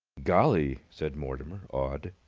golly! said mortimer, awed.